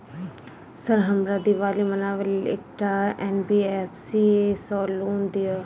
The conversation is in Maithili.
सर हमरा दिवाली मनावे लेल एकटा एन.बी.एफ.सी सऽ लोन दिअउ?